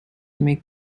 make